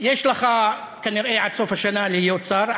יש לך כנראה עד סוף השנה זמן להיות שר,